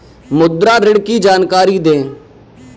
मुद्रा ऋण की जानकारी दें?